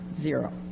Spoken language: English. Zero